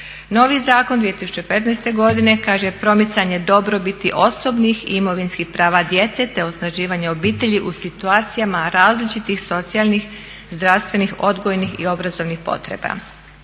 Novi zakon iz 2015. godine kaže promicanje dobrobiti osobnih i imovinskih prava djece te osnaživanje obitelji u situacijama različitih socijalnih, zdravstvenih, odgojnih i obrazovnih potreba. Dakle,